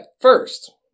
first